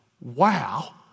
Wow